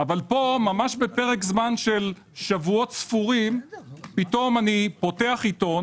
אבל פה בפרק זמן של שבועות ספורים אני פותח עיתון